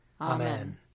Amen